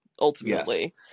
Ultimately